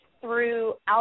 throughout